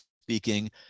speaking